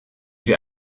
wir